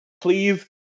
Please